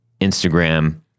Instagram